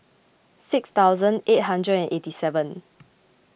six thousand eight hundred and eighty seven